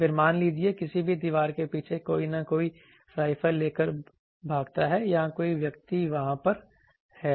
फिर मान लीजिए किसी भी दीवार के पीछे कोई न कोई राइफल लेकर भागता है या कोई व्यक्ति वहां पर है